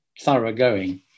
thoroughgoing